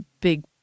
big